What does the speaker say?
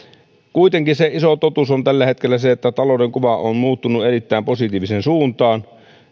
kuitenkin se iso totuus on tällä hetkellä se että talouden kuva on muuttunut erittäin positiiviseen suuntaan